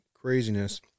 craziness